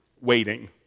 waiting